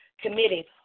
committed